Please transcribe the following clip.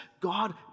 God